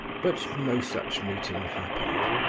but no such meeting happened.